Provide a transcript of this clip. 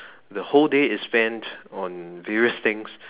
the whole day is spent on various things